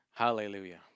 Hallelujah